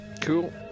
Cool